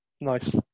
Nice